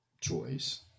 choice